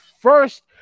first